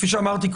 כפי שאמרתי,